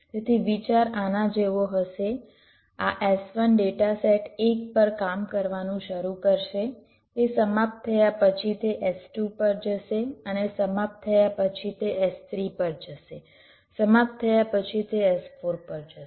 તેથી વિચાર આના જેવો હશે આ S1 ડેટા સેટ 1 પર કામ કરવાનું શરૂ કરશે તે સમાપ્ત થયા પછી તે S2 પર જશે અને સમાપ્ત થયા પછી તે S3 પર જશે સમાપ્ત થયા પછી તે S4 પર જશે